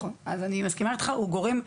אני מסכימה אתך לגמרי.